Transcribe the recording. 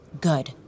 Good